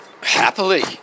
Happily